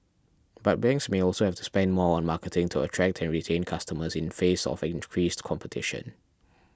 but banks may also have to spend more on marketing to attract and retain customers in face of increased competition